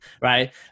right